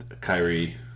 Kyrie